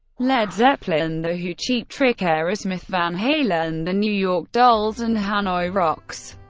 led zeppelin, the who, cheap trick, aerosmith van halen, the new york dolls, and hanoi rocks.